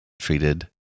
treated